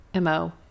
MO